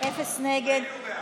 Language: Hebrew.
אין נגד.